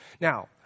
Now